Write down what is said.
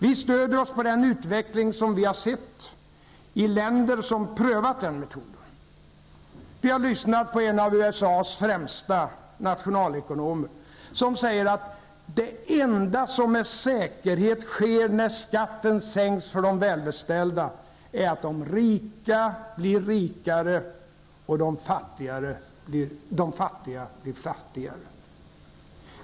Vi stöder oss på den utveckling som vi har sett i länder som har prövat den metoden. Vi har lyssnat på en av USA:s främsta nationalekonomer som säger att det enda som med säkerhet sker när skatten sänks för de välbeställda är att de rika blir rikare och de fattiga blir fattigare.